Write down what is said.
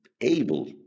able